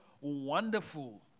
Wonderful